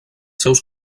seus